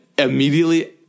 Immediately